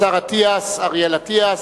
השר אריאל אטיאס.